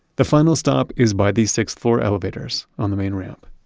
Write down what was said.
the final stop is by the sixth four elevators, on the main ramp.